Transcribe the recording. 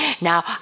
Now